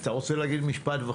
בבקשה.